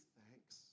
thanks